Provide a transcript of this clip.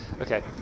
Okay